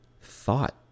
thought